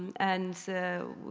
and, so